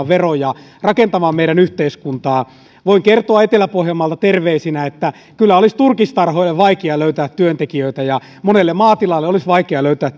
veroja rakentamaan meidän yhteiskuntaamme voin kertoa etelä pohjanmaalta terveisinä että kyllä olisi turkistarhoille vaikea löytää työntekijöitä ja monelle maatilalle olisi vaikea löytää